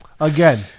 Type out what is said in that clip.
again